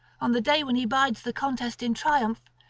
on the day when he bides the contest in triumph,